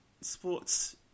sports